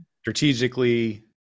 strategically